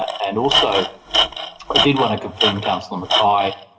and also i did want to confirm, councillor mackay,